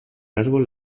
árbol